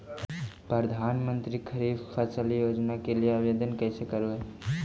प्रधानमंत्री खारिफ फ़सल योजना के लिए आवेदन कैसे करबइ?